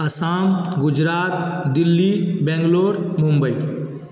Assam Gujarat Delhi Bangalore Mumbai